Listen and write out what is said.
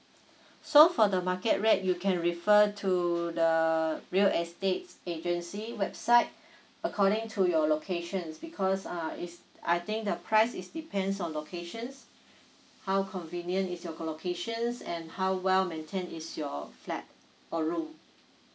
so for the market rate you can refer to the real estate agency website according to your locations because err is I think the price is depends on locations how convenient is your location and how well maintained is your flat or room